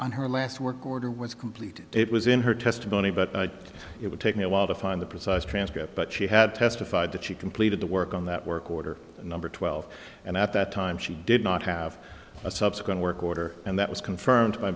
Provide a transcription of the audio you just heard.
on her last work order was complete it was in her testimony but it would take me a while to find the precise transcript but she had testified that she completed the work on that work order number twelve and at that time she did not have a subsequent work order and that was confirmed